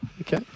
Okay